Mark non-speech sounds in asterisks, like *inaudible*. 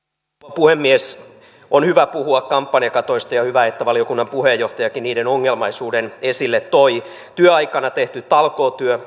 puhemies on hyvä puhua kampanjakatoista ja hyvä että valiokunnan puheenjohtajakin niiden ongelmallisuuden esille toi työaikana tehty talkootyö *unintelligible*